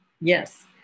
Yes